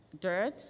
dirt